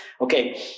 Okay